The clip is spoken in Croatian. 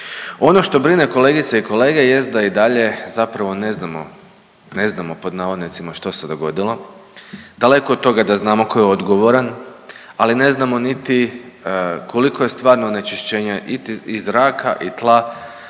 Ono što brine kolegice i kolege jest da i dalje zapravo ne znamo, ne znamo pod navodnicima što se dogodilo, daleko od toga da znamo tko je odgovoran, ali ne znamo niti koliko je stvarno onečišćenje i traka i tla